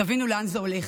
תבינו לאן זה הולך.